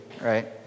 right